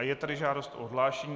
Je tady žádost o odhlášení.